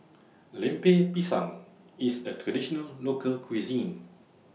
Lemper Pisang IS A Traditional Local Cuisine